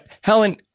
Helen